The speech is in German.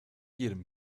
jedem